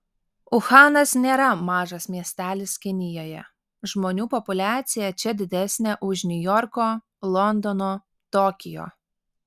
uhanas nėra mažas miestelis kinijoje žmonių populiacija čia didesnė už niujorko londono tokijo